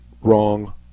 wrong